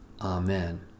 Amen